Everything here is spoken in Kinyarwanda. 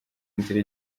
nzira